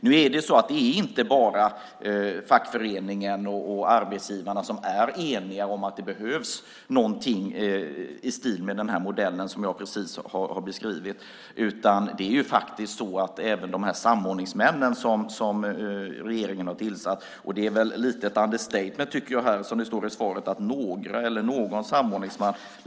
Nu är det så att det inte bara är fackföreningen och arbetsgivarna som är eniga om att det behövs någonting i stil med den modell som jag precis har beskrivit, utan det är faktiskt så att även de samordningsmän som regeringen har tillsatt är det. Det är väl i någon mån ett understatement att säga, som det står i svaret, någon samordningsman.